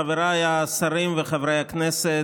חבריי השרים וחברי הכנסת,